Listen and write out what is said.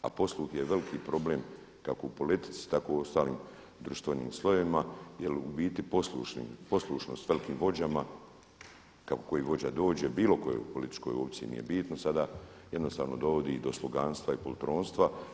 A posluh je veliki problem kako u politici tako i u ostalim društvenim slojevima jer u biti poslušnost velikim vođama kako koji vođa dođe bilo kojoj političkoj opciji nije bitno sada, jednostavno dovodi i do sluganstva i poltronstva.